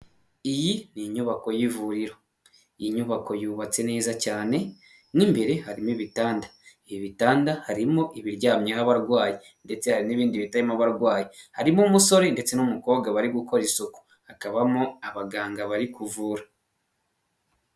Iyi ni inyubako y'ivuriro. Iyi nyubako yubatse neza cyane n'imbere harimo ibitanda. Ibitanda harimo ibiryamyeho abarwayi ndetse n'ibindi bitarimo abarwayi. Harimo umusore ndetse n'umukobwa bari gukora isuku, hakabamo abaganga bari kuvura.